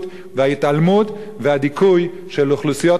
וההתעלמות והדיכוי של אוכלוסיות אחרות